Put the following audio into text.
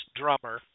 drummer